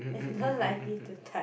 it's not like need to touch